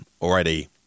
already